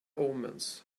omens